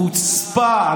חוצפה.